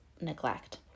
neglect